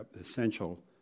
essential